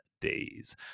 days